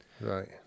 right